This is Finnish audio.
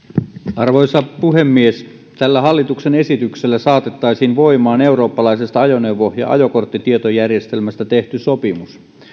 arvoisa puhemies tällä hallituksen esityksellä saatettaisiin voimaan eurooppalaisesta ajoneuvo ja ajokorttitietojärjestelmästä tehty sopimus